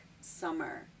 summer